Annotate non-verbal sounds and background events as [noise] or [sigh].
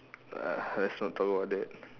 uh [breath] let's not talk about that